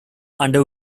under